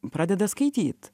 pradeda skaityt